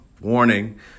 Warning